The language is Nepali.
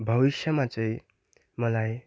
भविष्यमा चाहिँ मलाई